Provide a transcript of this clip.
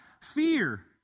...fear